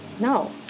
no